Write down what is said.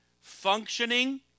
functioning